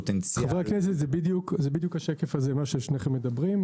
זה בדיוק השקף הזה מה ששניכם מדברים.